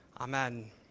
Amen